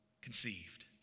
conceived